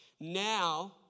now